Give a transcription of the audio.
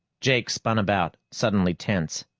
jake spun about, suddenly tense.